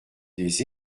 des